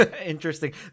Interesting